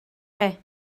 chi